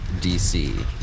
DC